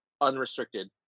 unrestricted